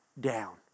down